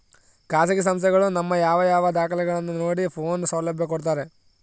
ಖಾಸಗಿ ಸಂಸ್ಥೆಗಳು ನಮ್ಮ ಯಾವ ಯಾವ ದಾಖಲೆಗಳನ್ನು ನೋಡಿ ಲೋನ್ ಸೌಲಭ್ಯ ಕೊಡ್ತಾರೆ?